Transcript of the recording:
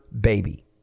baby